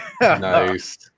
Nice